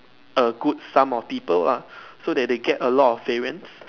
a good sum of people lah so they they get a lot of variance